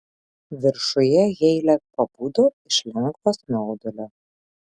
viršuje heile pabudo iš lengvo snaudulio